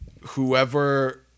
whoever